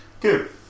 good